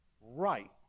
right